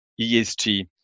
ESG